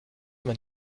man